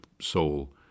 soul